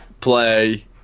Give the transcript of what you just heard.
play